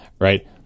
right